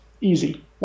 Easy